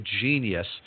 genius